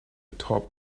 top